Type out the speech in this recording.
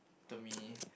to me